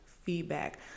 Feedback